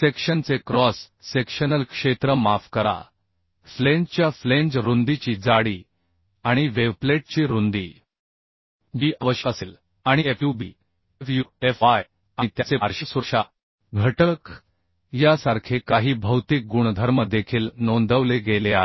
सेक्शनचे cross sectional क्षेत्र माफ करा फ्लेंजच्या फ्लेंज रुंदीची जाडी आणि वेव्ह प्लेटची रुंदी जी आवश्यक असेल आणि FUB FUFY आणि त्यांचे आंशिक सुरक्षा घटक यासारखे काही भौतिक गुणधर्म देखील नोंदवले गेले आहेत